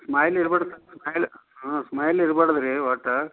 smile ಇರ್ಬಾಡ್ದ್ smile ಹಾಂ smile ಇರ್ಬಾಡ್ದ್ ರೀ ಒಟ್ಟು